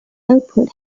output